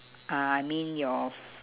uh I mean your